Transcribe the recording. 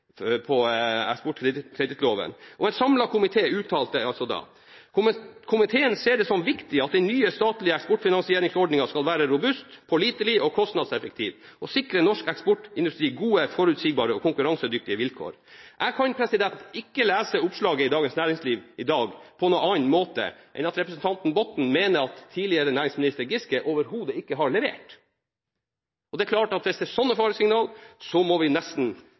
som viktig at den nye statlige eksportfinansieringsordningen skal være robust, pålitelig og kostnadseffektiv, og sikre norsk eksportindustri gode, forutsigbare og konkurransedyktige vilkår.» Jeg kan ikke lese oppslaget i Dagens Næringsliv i dag på noen annen måte enn at representanten Botten mener at tidligere næringsminister Giske overhodet ikke har levert. Det er klart at hvis det kommer sånne faresignal, må vi nesten